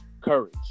courage